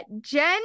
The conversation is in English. Jen